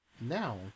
now